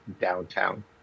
downtown